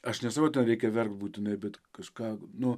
aš nesakau reikia verkt būtinai bet kažką nu